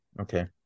Okay